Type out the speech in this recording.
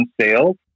sales